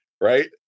right